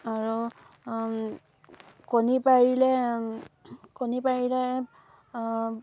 আৰু কণী পাৰিলে কণী পাৰিলে